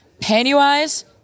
...Pennywise